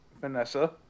Vanessa